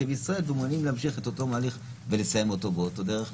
וישראל ומעוניינים להמשיך את אותו הליך ולסיים אותו באותה דרך.